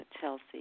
Chelsea